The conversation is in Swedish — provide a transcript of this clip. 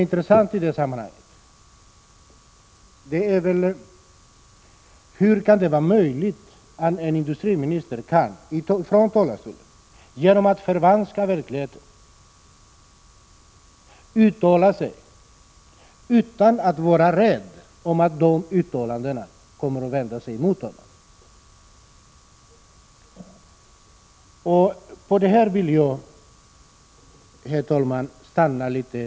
Hur kan det vara möjligt att industriministern från talarstolen genom att förvanska verkligheten vågar uttala sig på detta sätt utan att vara rädd för att dessa uttalanden skall vändas emot honom? Det finner jag intressant i det här sammanhanget. Vid detta, herr talman, vill jag stanna upp litet.